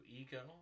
Ego